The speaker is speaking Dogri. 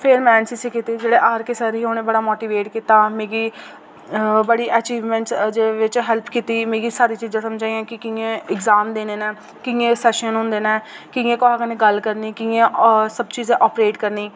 फिर में एन सी सी कीती जेह्ड़े आर के सर हे उ'नें बड़ा मोटिवेट कीता मिगी अ बड़ी अचीवमेंट्स जेह्दे बिच हेल्प कीती मिगी सारियां चीज़ा समझाइयां की कि'यां एग्जाम देने न कि'यां सेशन होंदे न कि'यां कोहे कन्नै गल्ल करनी कि'यां अ सब चीज़ा ऑपरेट करनी